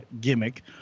gimmick